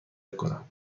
کنم